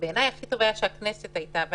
בעיניי הכי טוב היה שהכנסת הייתה מכריזה על מצב חירום,